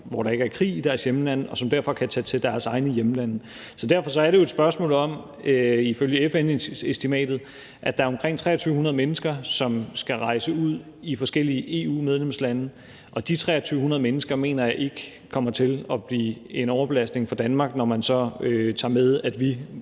hvor der ikke er krig i deres hjemlande, og som derfor kan tage til deres egne hjemlande. Så derfor er det jo et spørgsmål om, at der ifølge FN- estimatet er omkring 2.300 mennesker, som skal rejse ud til forskellige EU-medlemslande, og de 2.300 mennesker mener jeg ikke kommer til at blive en overbelastning for Danmark, når man så tager med, at vi